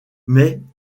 mais